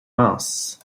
minces